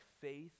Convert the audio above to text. faith